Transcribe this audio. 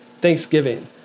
thanksgiving